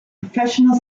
professional